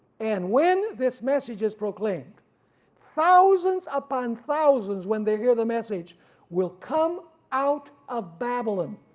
and when this message is proclaimed thousands upon thousands when they hear the message will come out of babylon,